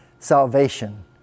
Salvation